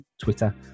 Twitter